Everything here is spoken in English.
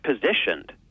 positioned